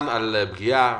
על פגיעה